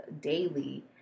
daily